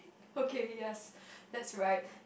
okay yes that's right